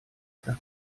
это